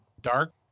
dark